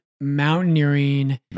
mountaineering